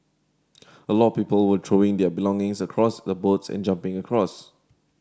a lot of people were throwing their belongings across the boats and jumping across